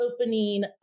opening